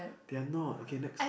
they are not okay next